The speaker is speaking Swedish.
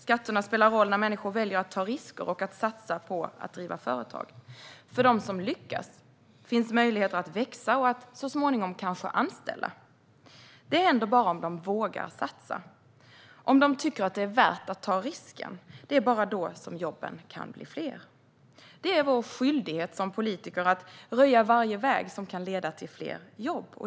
Skatterna spelar roll när människor väljer att ta risker och att satsa på att driva företag. För dem som lyckas finns möjligheter att växa och att så småningom kanske anställa. Det händer bara om de vågar satsa, om de tycker att det är värt att ta risken. Det är bara då jobben kan bli fler. Det är vår skyldighet som politiker att röja varje väg som kan leda till fler jobb.